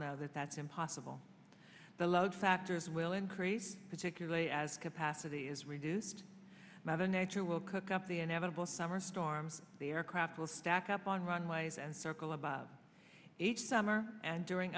know that that's impossible the load factors will increase particularly as capacity is reduced mother nature will cook up the inevitable summer storm the aircraft will stack up on runways and circle above each summer and during